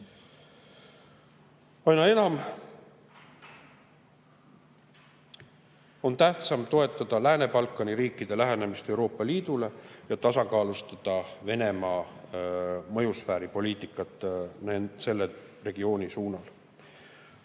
Aina enam on tähtis toetada Lääne-Balkani riikide lähenemist Euroopa Liidule ja tasakaalustada Venemaa mõjusfääripoliitikat selle regiooni suunal.